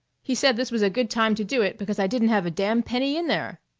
he said this was a good time to do it because i didn't have a damn penny in there!